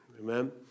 Amen